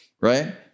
Right